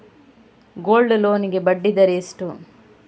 Gold loan ಗೆ ಬಡ್ಡಿ ದರ ಎಷ್ಟು?